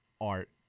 art